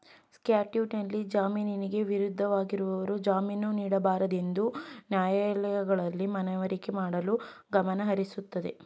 ಸ್ಕಾಟ್ಲ್ಯಾಂಡ್ನಲ್ಲಿ ಜಾಮೀನಿಗೆ ವಿರುದ್ಧವಾಗಿರುವವರು ಜಾಮೀನು ನೀಡಬಾರದುಎಂದು ನ್ಯಾಯಾಲಯಗಳಿಗೆ ಮನವರಿಕೆ ಮಾಡಲು ಗಮನಹರಿಸುತ್ತಾರೆ